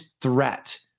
threat